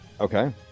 Okay